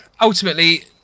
ultimately